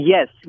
Yes